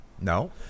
No